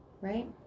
right